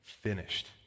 finished